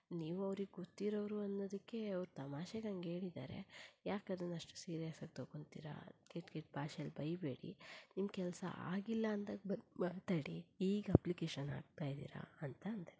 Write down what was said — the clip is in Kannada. ನೀವು ಅವ್ರಿಗೆ ಗೊತ್ತಿರೋರು ಅನ್ನೋದಕ್ಕೆ ಅವ್ರು ತಮಾಷೆಗೆ ಹಂಗೇಳಿದ್ದಾರೆ ಯಾಕೆ ಅದನ್ನ ಅಷ್ಟು ಸೀರಿಯಸ್ಸಾಗಿ ತೊಗೊಂತೀರಾ ಕೆಟ್ಟ ಕೆಟ್ಟ ಭಾಷೆಯಲ್ಲಿ ಬೈಬೇಡಿ ನಿಮ್ಮ ಕೆಲಸ ಆಗಿಲ್ಲ ಅಂದಾಗ ಬಂದು ಮಾತಾಡಿ ಈಗ ಅಪ್ಲಿಕೇಶನ್ ಹಾಕ್ತಾಯಿದ್ದಿರ ಅಂತ ಅಂದೆ